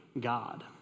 God